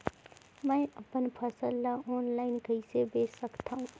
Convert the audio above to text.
मैं अपन फसल ल ऑनलाइन कइसे बेच सकथव?